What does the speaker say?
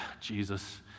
Jesus